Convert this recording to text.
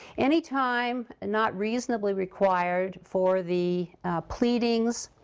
any time not reasonably required for the pleadings,